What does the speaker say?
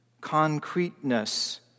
concreteness